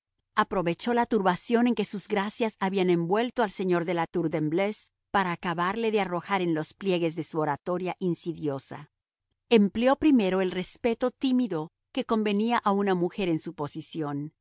aprovechó la turbación en que sus gracias habían envuelto al señor de la tour de embleuse para acabarle de arrollar en los pliegues de su oratoria insidiosa empleó primero el respeto tímido que convenía a una mujer en su posición